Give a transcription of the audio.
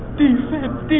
defense